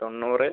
തൊണ്ണൂറ്